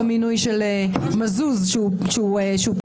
במינוי של מזוז שהוא פסל.